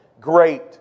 great